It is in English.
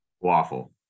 Waffle